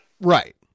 Right